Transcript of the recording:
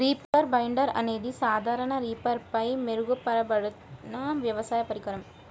reaper binder అనేది సాధారణ రీపర్పై మెరుగుపరచబడిన వ్యవసాయ పరికరం